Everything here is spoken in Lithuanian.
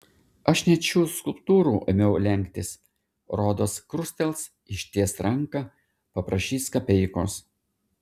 aš net šių skulptūrų ėmiau lenktis rodos krustels išties ranką paprašys kapeikos